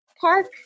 park